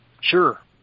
Sure